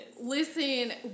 Listen